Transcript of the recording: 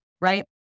right